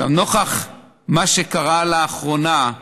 עכשיו, נוכח מה שקרה לאחרונה,